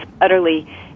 utterly